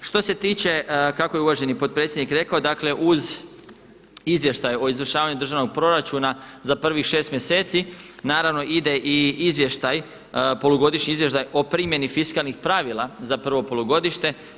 Što se tiče kako je uvaženi potpredsjednik rekao, dakle uz Izvještaj o izvršavanju državnog proračuna za prvih 6 mjeseci naravno ide i izvještaj, polugodišnji izvještaj o primjeni fiskalnih pravila za prvo polugodište.